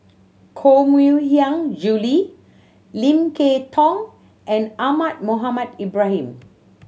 Koh Mui Hiang Julie Lim Kay Tong and Ahmad Mohamed Ibrahim